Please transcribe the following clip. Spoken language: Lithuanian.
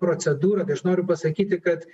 procedūra kai aš noriu pasakyti kad